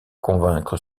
convaincre